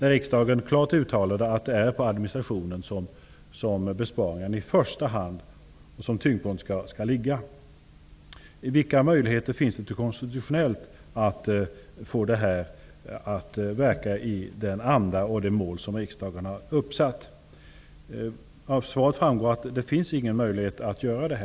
Riksdagen har ju klart uttalat att det är på administrationen som tyngdpunkten inom besparingarna i första hand skall ligga. Vilka konstitutionella möjligheter finns det att få detta att verka i den anda och i enlighet med de mål som riksdagen har uppsatt? Av svaret framgår att det inte finns någon sådan möjlighet.